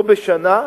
לא בשנה,